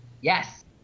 yes